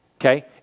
Okay